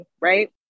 right